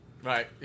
right